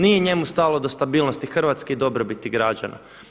Nije njemu stalo do stabilnosti Hrvatske i dobrobiti građana.